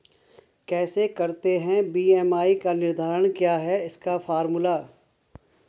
कैसे करते हैं बी.एम.आई का निर्धारण क्या है इसका फॉर्मूला?